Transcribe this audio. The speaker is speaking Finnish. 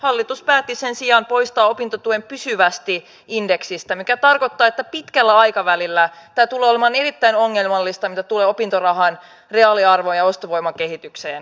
hallitus päätti sen sijaan poistaa opintotuen pysyvästi indeksistä mikä tarkoittaa että pitkällä aikavälillä tämä tulee olemaan erittäin ongelmallista mitä tulee opintorahan reaaliarvon ja ostovoiman kehitykseen